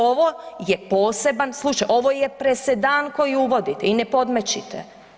Ovo je poseban slučaj, ovo je presedan koji uvodite i ne podmećite.